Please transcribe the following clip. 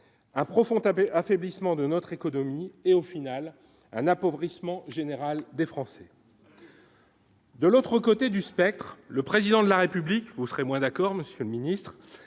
un profond taper affaiblissement de notre économie et au final un appauvrissement général des Français. De l'autre côté du spectre, le président de la République, vous serez moins d'accord, Monsieur le Ministre